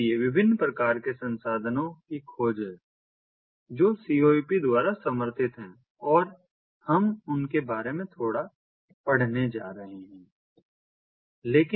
इसलिए विभिन्न प्रकार के संसाधनों की खोज है जो CoAP द्वारा समर्थित हैं और हम उनके बारे में थोड़ा पढ़ने जा रहे हैं